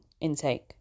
intake